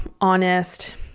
honest